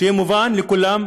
שיהיה מובן לכולם,